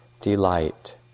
delight